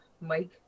Mike